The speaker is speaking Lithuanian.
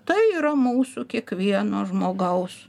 tai yra mūsų kiekvieno žmogaus